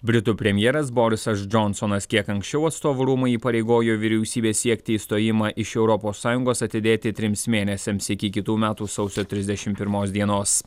britų premjeras borisas džonsonas kiek anksčiau atstovų rūmai įpareigojo vyriausybę siekti išstojimą iš europos sąjungos atidėti trims mėnesiams iki kitų metų sausio trisdešim pirmos dienos